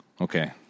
Okay